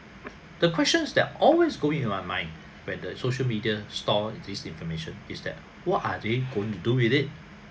the questions that always going into to my mind whether social media store information is that what are they going to do with it